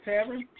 Tavern